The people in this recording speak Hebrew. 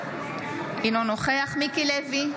אינו נוכח מיקי לוי,